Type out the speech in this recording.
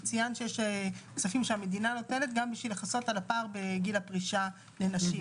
ציינת שיש כסף שהמדינה נותנת גם בשביל לכסות על הפער בגיל הפרישה לנשים.